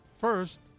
First